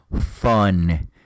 fun